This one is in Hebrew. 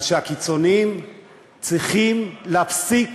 על כך שהקיצונים צריכים להפסיק